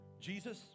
Jesus